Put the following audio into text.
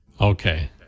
Okay